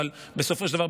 אבל בסופו של דבר,